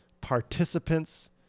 participants